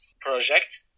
project